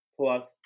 plus